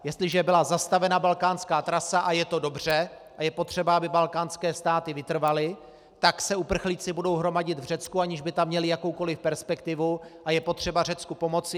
Jestliže byla zastavena balkánská trasa, a je to dobře a je potřeba, aby balkánské státy vytrvaly, tak se budou uprchlíci hromadit v Řecku, aniž by tam měli jakoukoliv perspektivu, a je potřeba Řecku pomoci.